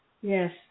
Yes